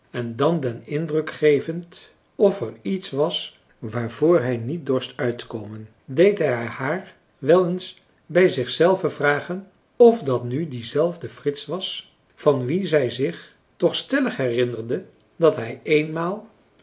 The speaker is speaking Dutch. en dan den indruk gevend of er iets was waarvoor hij françois haverschmidt familie en kennissen niet dorst uitkomen deed hij haar wel eens bij zich zelve vragen of dat nu diezelfde frits was van wien zij zich toch stellig herinnerde dat hij eenmaal